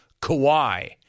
Kawhi